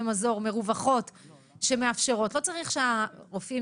מרווחות במזור שמאפשרות לא צריך שהרופאים